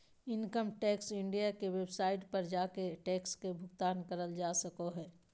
income tax India के website पर जाके टैक्स के भुगतान करल जा सको हय